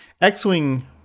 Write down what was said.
X-Wing